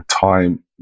Time